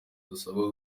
dusabwa